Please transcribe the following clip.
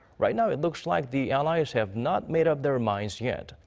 right now, it looks like the allies have not made up their minds yet.